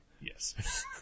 Yes